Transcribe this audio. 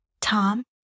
Tom